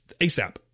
ASAP